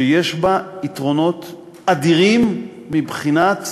שיש בה יתרונות אדירים מבחינת